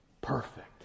Perfect